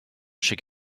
should